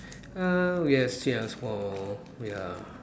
uh yes yes oh ya